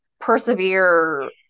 persevere